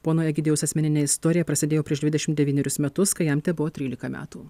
pono egidijaus asmeninė istorija prasidėjo prieš dvidešimt devynerius metus kai jam tebuvo trylika metų